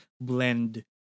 blend